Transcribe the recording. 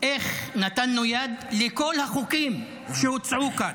איך נתנו יד לכל החוקים שהוצעו כאן: